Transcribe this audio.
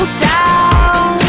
down